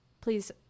please